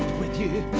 with you